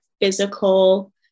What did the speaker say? physical